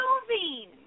moving